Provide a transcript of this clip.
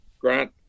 Grant